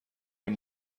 این